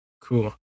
Cool